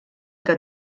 que